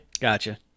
Gotcha